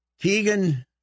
Keegan